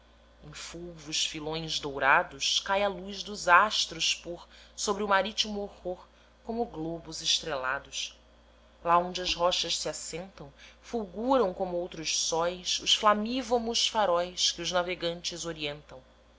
em fulvos filões doirados cai a luz dos astros por sobre o marítimo horror como globos estrelados lá onde as rochas se assentam fulguram como outros sóis os flamívomos faróis que os navegantes orientam